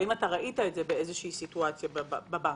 האם ראית את זה באיזו שהיא סיטואציה בבנק?